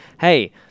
hey